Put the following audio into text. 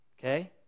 Okay